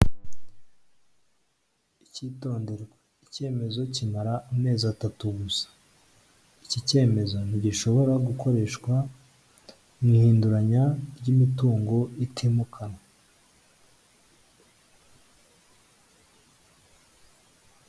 Icyitonderwa: icyemezo kimara amezi atatu gusa iki cyemezo ntigishobora gukoreshwa mu ihinduranya ry'imitungo itimukanwa.